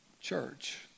church